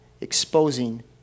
exposing